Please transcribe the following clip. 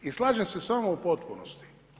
I slažem se s vama u potpunosti.